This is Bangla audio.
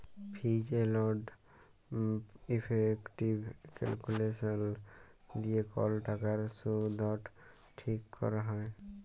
ফিজ এলড ইফেকটিভ ক্যালকুলেসলস দিয়ে কল টাকার শুধট ঠিক ক্যরা হ্যয়